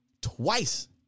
Twice